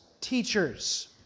teachers